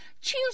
Choose